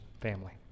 family